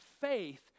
faith